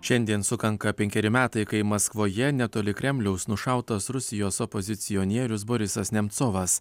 šiandien sukanka penkeri metai kai maskvoje netoli kremliaus nušautas rusijos opozicionierius borisas nemcovas